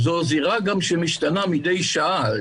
זו גם זירה שמשתנה מדי שעה.